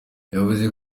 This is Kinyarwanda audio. yavuze